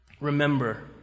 remember